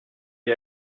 est